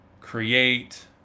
create